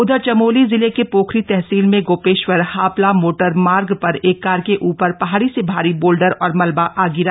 उधर चमोली जिले के पोखरी तहसील में गोपेश्वर हापला मोटरमार्ग पर एक कार के ऊपर पहाड़ी से भारी बोल्डर और मलबा आ गिरा